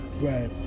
Right